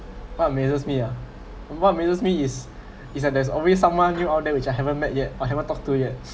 what amazes me ah what amazes me is is that there's always someone new all that which I haven't met yet I haven't talked to yet